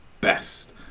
best